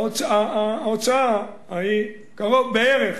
ההוצאה היא בערך